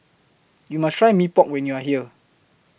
YOU must Try Mee Pok when YOU Are here